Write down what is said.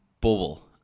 bubble